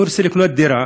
אם הוא רוצה לקנות דירה,